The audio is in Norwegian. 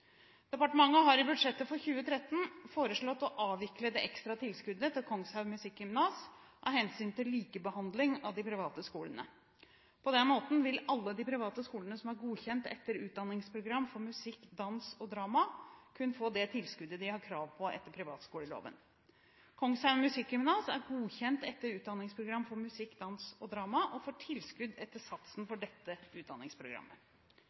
Departementet har i budsjettet for 2013 foreslått å avvikle det ekstra tilskuddet til Kongshaug Musikkgymnas av hensyn til likebehandling av de private skolene. På den måten vil alle de private skolene som er godkjent etter utdanningsprogram for musikk, dans og drama, kun få det tilskuddet de har krav på etter privatskoleloven. Kongshaug Musikkgymnas er godkjent etter utdanningsprogram for musikk, dans og drama og får tilskudd etter satsen for dette utdanningsprogrammet.